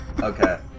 Okay